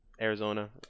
Arizona